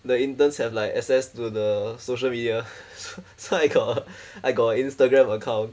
the interns have like access to the social media so so I got a I got a Instagram account